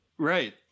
Right